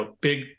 Big